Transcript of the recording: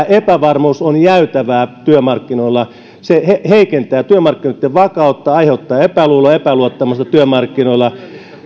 epävarmuus on jäytävää työmarkkinoilla se heikentää työmarkkinoitten vakautta aiheuttaa epäluuloa ja epäluottamusta työmarkkinoilla